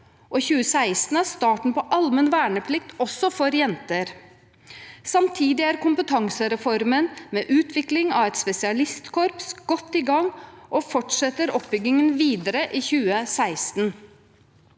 og 2016 er starten på allmenn verneplikt også for jenter. Samtidig er kompetansereformen med utvikling av et spesialistkorps godt i gang og fortsetter oppbyggingen videre i 2016.